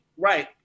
Right